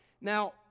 Now